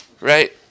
right